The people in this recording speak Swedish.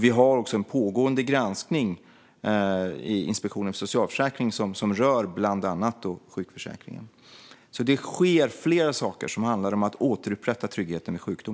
Vi har också en pågående granskning i Inspektionen för socialförsäkringen, som bland annat rör sjukförsäkringen. Det sker alltså flera saker som handlar om att återupprätta tryggheten vid sjukdom.